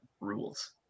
rules